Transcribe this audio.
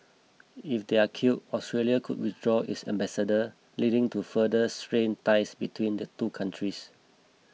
if they are kill Australia could withdraw its ambassador leading to further strained ties between the two countries